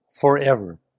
forever